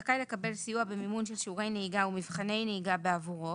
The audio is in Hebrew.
זכאי לקבל סיוע במימון של שיעורי נהיגה ומבחני נהיגה בעבורו